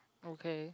okay